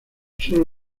sólo